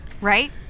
Right